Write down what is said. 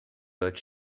earth